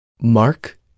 Mark